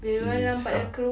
serious ah